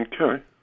Okay